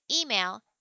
Email